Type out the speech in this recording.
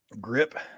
grip